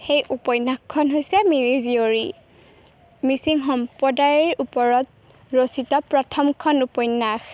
সেই উপন্যাসখন হৈছে মিৰিজীয়ৰী মিচিং সম্প্ৰদায়ৰ ওপৰত ৰচিত প্ৰথমখন উপন্যাস